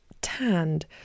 tanned